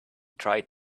tried